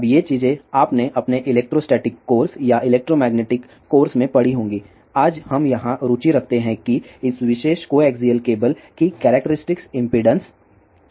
अब ये चीजें आपने अपने इलेक्ट्रोस्टैटिक कोर्स या इलेक्ट्रोमैग्नेटिक कोर्स में पढ़ी होंगी आज हम यहां रुचि रखते हैं कि इस विशेष कोएक्सियल केबल की कैरेक्टरिस्टिक इम्पीडेन्स क्या है